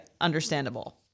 understandable